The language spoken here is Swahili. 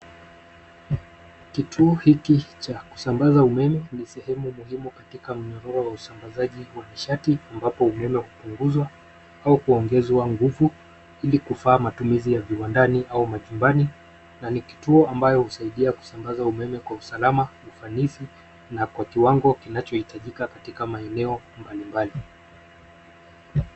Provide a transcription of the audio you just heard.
Kituo hiki cha kusambaza umeme ni sehemu muhimu katika mnyororo wa usambazaji wa nishati ambapo umeme hupuguzwa au kuongezwa nguvu ili kufaa matumizi ya viwandani au majumbani na kituo ambayo husaidia kusambaza umeme kwa usalama na ufanisi na kwa kiwango kinachoitajika katika maeneo mbalimbali.